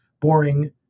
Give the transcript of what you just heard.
boring